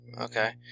okay